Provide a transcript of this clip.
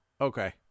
Okay